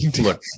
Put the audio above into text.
Look